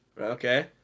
okay